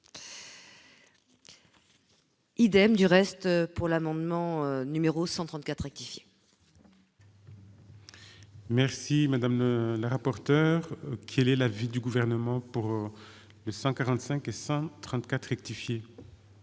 Idem du reste, pour l'amendement numéro 134 rectifier. Merci madame le rapporteur, quel est l'avis du gouvernement pour 145 et 134 rectifier.